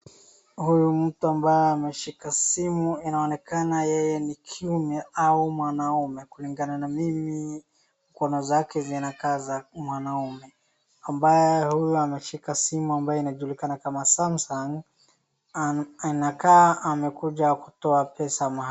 Huyu mtu ambaye ameshika simu, inaonekana yeye ni kiume au mwanaume. Kulingana na mimi, mkono zake zinakaa za mwanaume. Ambaye huyu ameshika simu ambayo inajulikana kama Samsung, anakaa amekuja kutoa pesa mahali.